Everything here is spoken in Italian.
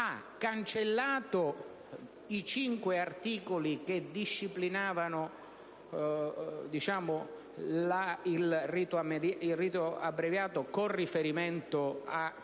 ha cancellato i cinque articoli che disciplinavano il rito abbreviato con riferimento a questi